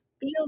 feel